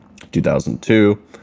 2002